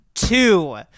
Two